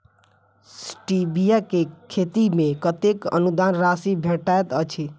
Stevia केँ खेती मे कतेक अनुदान राशि भेटैत अछि?